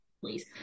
please